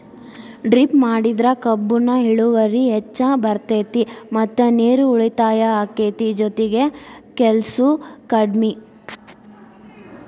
drip ಮಾಡಿದ್ರ ಕಬ್ಬುನ ಇಳುವರಿ ಹೆಚ್ಚ ಬರ್ತೈತಿ ಮತ್ತ ನೇರು ಉಳಿತಾಯ ಅಕೈತಿ ಜೊತಿಗೆ ಕೆಲ್ಸು ಕಡ್ಮಿ